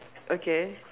okay